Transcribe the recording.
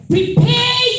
Prepare